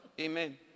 Amen